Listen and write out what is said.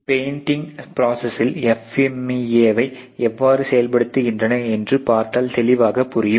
painting ப்ரோசஸில் FMEA வை எவ்வாறு செயல்படுகின்றன என்று பார்த்தால் தெளிவாக புரியும்